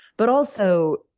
but, also,